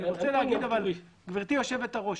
גברתי היושבת-ראש,